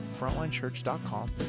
frontlinechurch.com